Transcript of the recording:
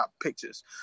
pictures